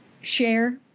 Share